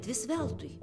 vis veltui